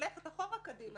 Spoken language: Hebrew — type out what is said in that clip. ללכת אחורה וקדימה.